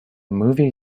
movie